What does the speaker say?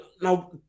now